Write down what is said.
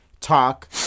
talk